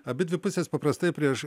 abidvi pusės paprastai prieš